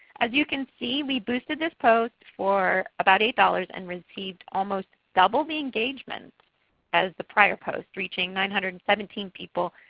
as you can see we boosted this post for about eight dollars and received almost double the engagement as the prior post reaching nine hundred and seventeen people,